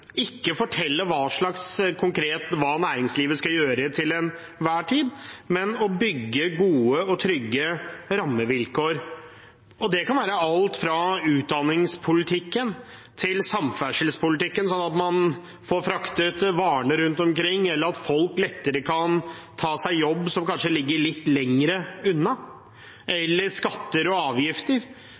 ikke fortelle konkret hva næringslivet skal gjøre til enhver tid, men å bygge gode og trygge rammevilkår. Det kan være alt fra utdanningspolitikken til samferdselspolitikken, sånn at man får fraktet varene rundt omkring, eller at folk lettere kan ta seg jobb som kanskje ligger litt lenger unna. Det kan være skatter og avgifter